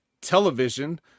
television